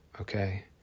Okay